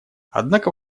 однако